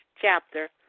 chapter